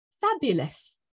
Fabulous